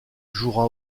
jouera